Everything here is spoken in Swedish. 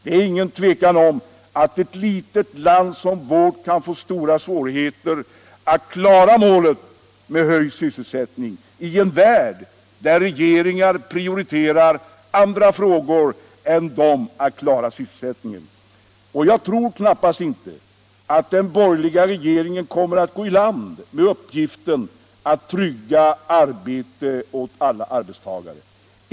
Det råder inget tvivel om att ett litet land som vårt kan få stora svårigheter att klara målet med höjd sysselsättning i en värld där regeringar prioriterar andra frågor än sysselsättningsfrågorna. Jag tror knappast att den bor Allmänpolitisk debatt Allmänpolitisk debatt gerliga regeringen kommer att gå i land med uppgiften att trygga arbete åt alla arbetstagare.